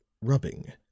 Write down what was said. rubbing